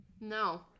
No